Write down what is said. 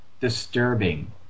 disturbing